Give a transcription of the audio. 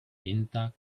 intact